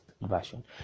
version